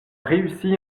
réussi